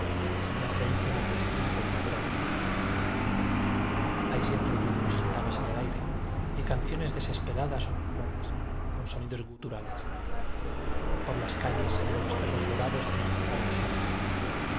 y una creencia en el destino verda deramente musulmana hay siempre ritmos gitanos en el aire y canciones desespera das o burlonas con sonidos guturales por las callejas se ven los cerros dorados con murallas árabes